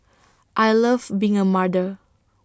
I love being A mother